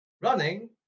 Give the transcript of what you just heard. running